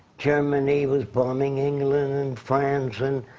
germany was bombing england and france.